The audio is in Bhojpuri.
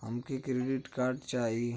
हमके क्रेडिट कार्ड चाही